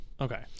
Okay